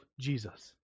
Jesus